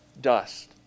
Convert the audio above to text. dust